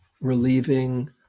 relieving